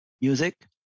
music